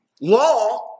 Law